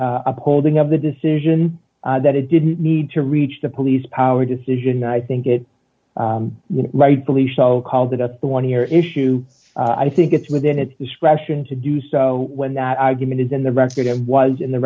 s upholding of the decision that it didn't need to reach the police power decision i think it rightfully so called it up the one here issue i think it's within its discretion to do so when that argument is in the record it was in the